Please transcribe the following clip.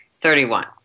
Thirty-one